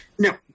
No